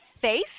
face